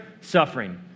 Suffering